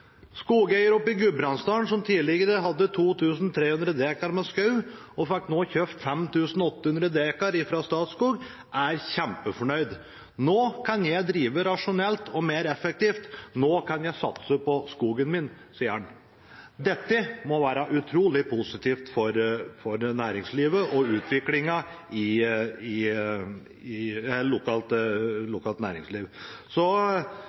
i Gudbrandsdalen som tidligere hadde 2 300 dekar med skog, og som fikk kjøpt 5 800 dekar fra Statskog, er kjempefornøyd. Nå kan jeg drive rasjonelt og mer effektivt, nå kan jeg satse på skogen min, sier han. Dette må være utrolig positivt for næringslivet og for utviklingen av lokalt næringsliv.